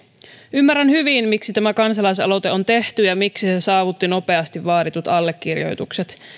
ymmärrän hyvin miksi tämä kansalais aloite on tehty ja miksi se saavutti nopeasti vaaditut allekirjoitukset